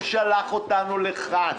הוא שלח אותנו לכאן.